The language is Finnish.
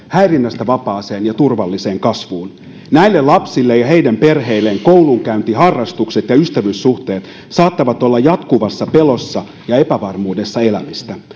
häirinnästä vapaaseen ja turvalliseen kasvuun näille lapsille ja heidän perheilleen koulunkäynti harrastukset ja ystävyyssuhteet saattavat olla jatkuvassa pelossa ja epävarmuudessa elämistä